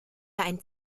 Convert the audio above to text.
ein